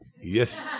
Yes